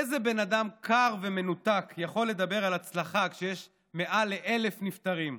איזה בן אדם קר ומנותק יכול לדבר על הצלחה כשיש יותר מ-1,000 נפטרים?